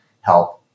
help